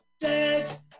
dead